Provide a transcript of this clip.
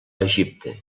egipte